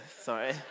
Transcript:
sorry